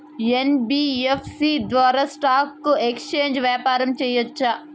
NBFC ద్వారా stock exchange వ్యాపారం సేయొచ్చా?